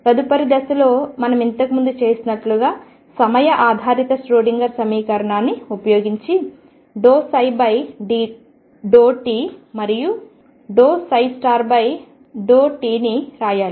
తదుపరి దశలో మనం ఇంతకు ముందు చేసినట్లుగా సమయ ఆధారిత ష్రోడింగర్ సమీకరణాన్ని ఉపయోగించి∂ψ∂t మరియు ∂ψ∂t ని రాయాలి